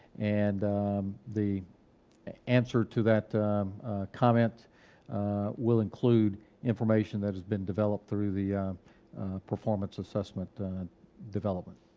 and the answer to that comment will include information that has been developed through the performance assessment development.